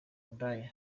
ndaya